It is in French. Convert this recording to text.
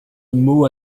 mot